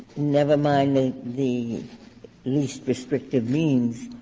never mind the the least restrictive means,